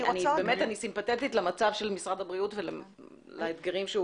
באמת אני סימפתטית למצב של משרד הבריאות ולאתגרים שהוא